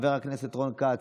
חבר הכנסת רון כץ,